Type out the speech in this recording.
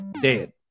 dead